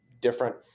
different